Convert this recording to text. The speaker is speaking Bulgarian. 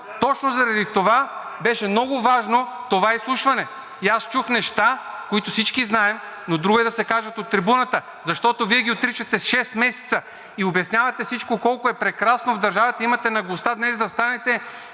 Точно заради това беше много важно това изслушване. И аз чух неща, които всички знаем, но друго е да се кажат от трибуната, защото Вие ги отричате шест месеца и обяснявате всичко колко е прекрасно в държавата и имате наглостта днес да станете